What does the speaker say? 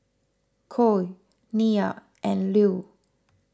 Cole Nyah and Lue